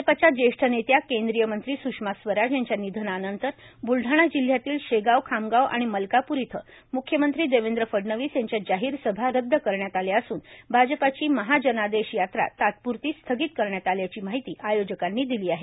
भाजपाच्या जेष्ठ नेत्या केंद्रीय मंत्री स्षमा स्वराज यांच्या निधनानंतर बुलडाणा जिल्ह्यातील शेगाव खामगाव आणि मलकापूर इथं मुखमंत्री देवेंद्र फडणवीस यांच्या जाहीर सभा रद्द करण्यात आल्या असून भाजपाची महाजनादेश यात्रा तात्पुरती स्तगीत करण्यात आल्याची माहिती आयोजकांनी दिली आहे